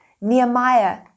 Nehemiah